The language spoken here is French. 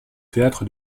théâtre